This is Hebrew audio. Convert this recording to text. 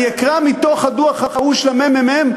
אני אקרא מתוך הדוח ההוא של הממ"מ,